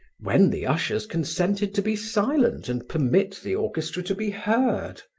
when the ushers consented to be silent and permit the orchestra to be heard.